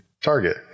Target